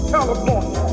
California